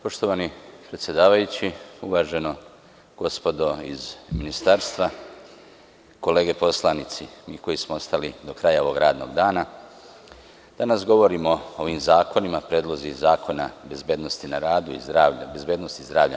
Poštovani predsedavajući, uvažena gospodo iz Ministarstva, kolege poslanici, mi koji smo ostali do kraja ovog radnog dana, danas govorimo o ovim zakonima, predlozi zakona o bezbednosti na radu i zdravlju.